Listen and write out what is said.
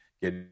get